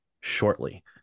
shortly